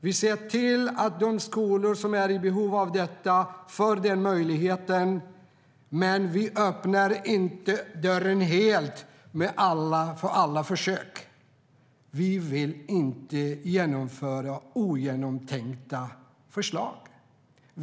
Vi ser till att de skolor som är i behov av detta får denna möjlighet, men vi öppnar inte dörren helt för alla försök. Vi vill inte genomföra ogenomtänkta förslag.